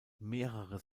mehrere